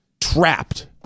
trapped